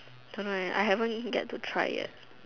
don't know leh I haven't got to try yet